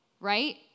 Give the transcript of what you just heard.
right